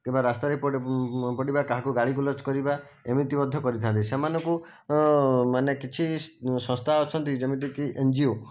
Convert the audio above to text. କିମ୍ବା ରାସ୍ତାରେ ପଡ଼ିବା କାହାକୁ ଗାଳିଗୁଲଜ କରିବା ଏମିତି ମଧ୍ୟ କରିଥାନ୍ତି ସେମାନଙ୍କୁ ମାନେ କିଛି ସଂସ୍ଥା ଅଛନ୍ତି ଯେମିତିକି ଏନଜିଓ